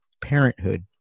Parenthood